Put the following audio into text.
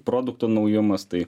produkto naujumas tai